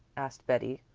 asked betty,